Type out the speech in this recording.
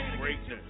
greatness